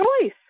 choice